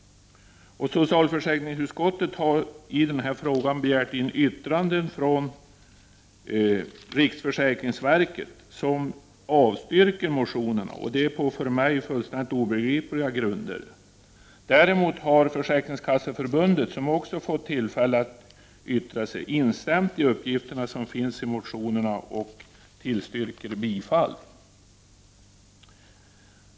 Socialförsäkringsutskottet har begärt in yttrande i frågan från riksförsäkringsverket, som avstyrker motionerna på för mig fullständigt obegripliga grunder. Däremot har Försäkringskasseförbundet, som också fått tillfälle att yttra sig, instämt i de uppgifter som framförs i motionerna och tillstyrkt bifall.